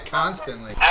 constantly